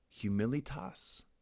humilitas